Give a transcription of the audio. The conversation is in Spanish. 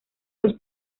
los